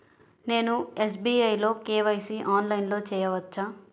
నేను ఎస్.బీ.ఐ లో కే.వై.సి ఆన్లైన్లో చేయవచ్చా?